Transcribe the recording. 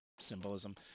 symbolism